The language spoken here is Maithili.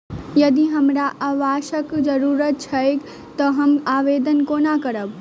यदि हमरा आवासक जरुरत छैक तऽ हम आवेदन कोना करबै?